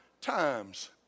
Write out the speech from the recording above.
times